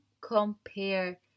compare